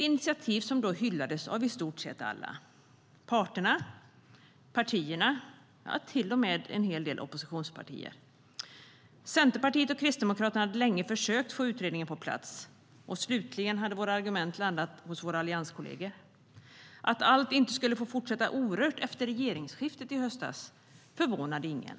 Initiativet hyllades då av i stort sett alla - parterna och partierna, till och med en hel del oppositionspartier. Att allt inte skulle få fortsätta orört efter regeringsskiftet i höstas förvånade ingen.